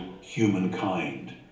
humankind